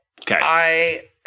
Okay